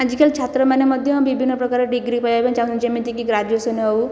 ଆଜିକାଲି ଛାତ୍ରମାନେ ମଧ୍ୟ ବିଭିନ୍ନ ପ୍ରକାର ଡିଗ୍ରୀ ପାଇବା ପାଇଁ ଚାହୁଁଛନ୍ତି ଯେମିତିକି ଗ୍ରାଜୁଏସନ ହେଉ